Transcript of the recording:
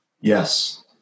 Yes